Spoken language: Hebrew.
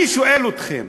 אני שואל אתכם: